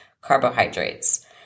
carbohydrates